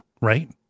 right